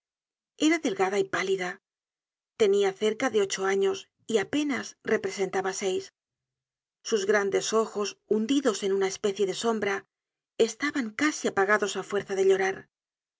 era delgada y pálida tenia cerca de ocho años y apenas representaba seis sus grandes ojos hundidos en una especie de sombra estaban casi apagados á fuerza de llorar